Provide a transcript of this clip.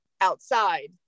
outside